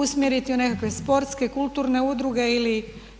usmjeriti u nekakve sportske, kulturne udruge ili